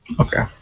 Okay